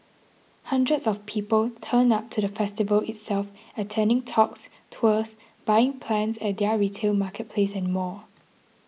hundreds of people turned up to the festival itself attending talks tours buying plants at their retail marketplace and more